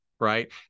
right